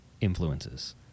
influences